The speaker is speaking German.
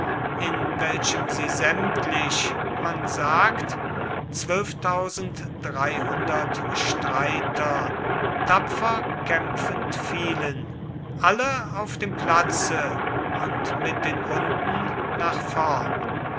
in welchem sie sämtlich man sagt streiter tapfer kämpfend fielen alle auf dem platze und mit den wunden nach vorn